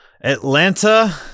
Atlanta